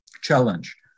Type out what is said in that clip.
challenge